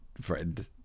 friend